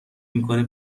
میکنه